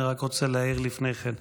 אני רוצה להעיר לפני כן.